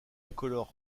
incolore